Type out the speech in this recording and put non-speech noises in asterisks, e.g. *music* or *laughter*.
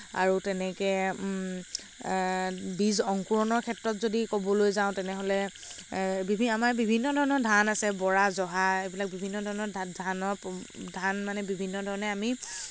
আৰু তেনেকে বীজ অংকুৰণৰ ক্ষেত্ৰত যদি ক'বলৈ যাওঁ তেনেহ'লে *unintelligible* আমাৰ বিভিন্ন ধৰণৰ ধান আছে বৰা জহা এইবিলাক বিভিন্ন ধৰণৰ ধানৰ *unintelligible* ধান মানে বিভিন্ন ধৰণে আমি